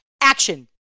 action